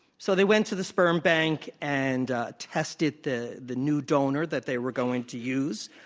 so they went to the sperm bank and tested the the new donor that they were going to use